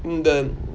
இந்த:intha